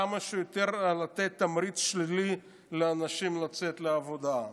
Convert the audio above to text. לתת כמה שיותר תמריץ שלילי לאנשים לצאת לעבודה.